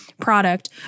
product